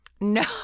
No